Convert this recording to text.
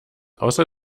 außer